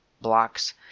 blocks